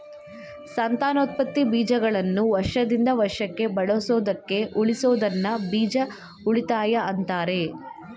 ಸಂತಾನೋತ್ಪತ್ತಿ ಬೀಜಗಳನ್ನು ವರ್ಷದಿಂದ ವರ್ಷಕ್ಕೆ ಬಳಸೋದಕ್ಕೆ ಉಳಿಸೋದನ್ನ ಬೀಜ ಉಳಿತಾಯ ಅಂತಾರೆ